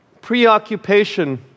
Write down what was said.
preoccupation